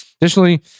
Additionally